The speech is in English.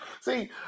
See